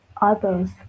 others